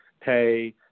pay